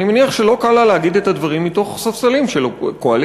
ואני מניח שלא קל לה להגיד את הדברים מתוך ספסלים של קואליציה,